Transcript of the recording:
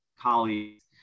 colleagues